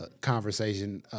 conversation